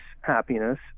happiness